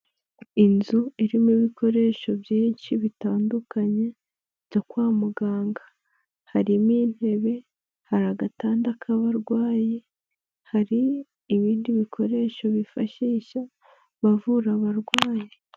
Inzu irimo ibikoresho byinshi bitandukanye byo kwa muganga harimo intebe, hari agatanda k'abarwayi, hari ibindi bikoresho bifashisha bavura abarwayi.